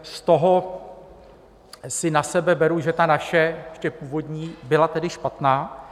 Z toho si na sebe beru, že ta naše, ještě původní, byla tedy špatná.